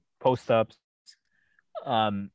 post-ups